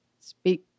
speak